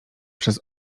przez